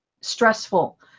stressful